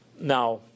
Now